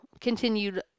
continued